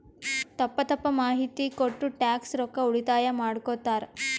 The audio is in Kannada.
ತಪ್ಪ ತಪ್ಪ ಮಾಹಿತಿ ಕೊಟ್ಟು ಟ್ಯಾಕ್ಸ್ ರೊಕ್ಕಾ ಉಳಿತಾಯ ಮಾಡ್ಕೊತ್ತಾರ್